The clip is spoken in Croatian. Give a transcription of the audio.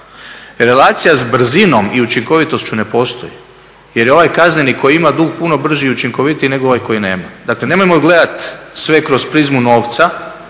Relacija s brzinom i učinkovitošću ne postoji, jer je ovaj kazneni koji ima dug puno brži i učinkovitiji, nego ovaj koji nema. Dakle, nemojmo gledat sve kroz prizmu novca,